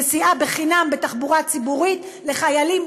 נסיעה בחינם בתחבורה הציבורית לחיילים